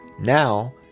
Now